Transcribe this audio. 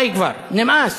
די כבר, נמאס.